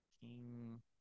King